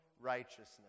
righteousness